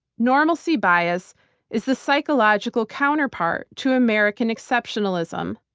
normalcy bias is the psychological counterpart to american exceptionalism.